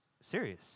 serious